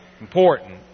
important